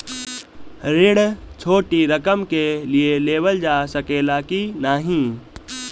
ऋण छोटी रकम के लिए लेवल जा सकेला की नाहीं?